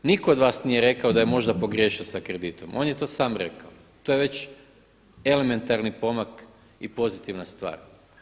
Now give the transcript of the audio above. Nitko od vas nije rekao da je možda pogriješio sa kreditom, on je to sam rekao, to već elementarni pomak i pozitivna stvar.